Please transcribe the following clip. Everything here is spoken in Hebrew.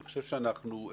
אני חושב שבסוף